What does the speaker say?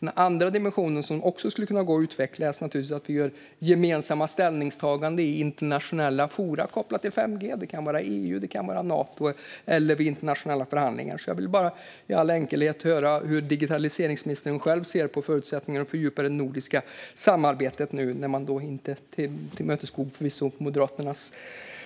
Den andra dimensionen som också skulle kunna utvecklas är att göra gemensamma ställningstaganden i internationella forum kopplade till 5G. Det kan vara EU, Nato eller vid internationella förhandlingar. Jag vill bara i all enkelhet höra hur digitaliseringsministern själv ser på förutsättningarna att fördjupa det nordiska samarbetet när man inte tillmötesgår, förvisso, Moderaternas